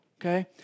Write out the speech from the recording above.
okay